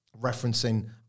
referencing